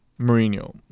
Mourinho